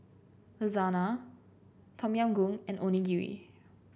Lasagna Tom Yam Goong and Onigiri